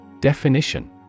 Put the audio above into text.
Definition